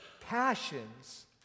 passions